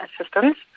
assistance